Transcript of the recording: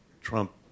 Trump